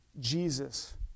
Jesus